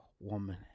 woman